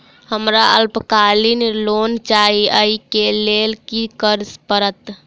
हमरा अल्पकालिक लोन चाहि अई केँ लेल की करऽ पड़त?